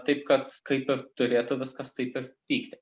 taip kad kaip ir turėtų viskas taip ir vykti